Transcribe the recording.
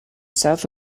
south